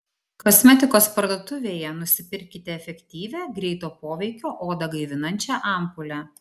kosmetikos parduotuvėje nusipirkite efektyvią greito poveikio odą gaivinančią ampulę